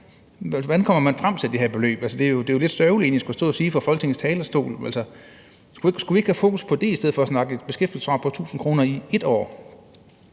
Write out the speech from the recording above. Hvordan kommer man frem til de her beløb? Det er jo egentlig lidt sørgeligt at skulle stå og sige det her fra Folketingets talerstol. Altså, skulle vi ikke have fokus på det i stedet for at snakke om et beskæftigelsesfradrag på 1.000 kr. i 1 år?